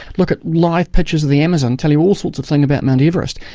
look at live pictures of the amazon, tell you all sorts of things about mount everest,